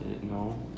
No